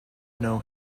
know